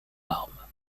larmes